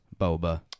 Boba